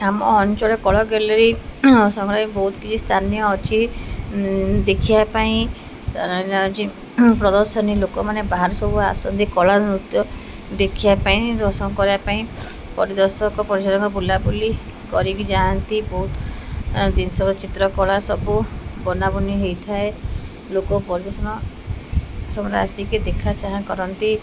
ଆମ ଅଞ୍ଚଳ କଳା ଗ୍ୟାଲେରୀ ସମୟରେ ବହୁତ କିଛି ସ୍ଥାନୀୟ ଅଛି ଦେଖିବା ପାଇଁ ପ୍ରଦର୍ଶନୀ ଲୋକମାନେ ବାହାରୁ ସବୁ ଆସନ୍ତି କଳା ନୃତ୍ୟ ଦେଖିବା ପାଇଁ ଦର୍ଶନ କରିବା ପାଇଁ ପରିଦର୍ଶକ ପରିଶକ ବୁଲାବୁଲି କରିକି ଯାଆନ୍ତି ବହୁତ ଜିନିଷର ଚିତ୍ରକଳା ସବୁ ବନାବନି ହେଇଥାଏ ଲୋକ ପରିଦର୍ଶନ ସମୟରେ ଆସିକି ଦେଖାଚାହାଁ କରନ୍ତି